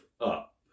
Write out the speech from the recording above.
up